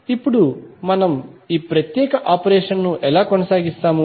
ఇప్పుడు మనము ఈ ప్రత్యేక ఆపరేషన్ ను ఎలా కొనసాగిస్తాము